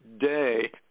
day